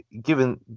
given